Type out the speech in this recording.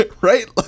Right